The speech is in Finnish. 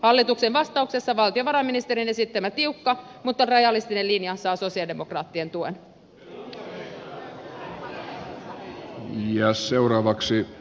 hallituksen vastauksessa valtiovarainministerin esittämä tiukka mutta realistinen linja saa sosialidemokraattien tuen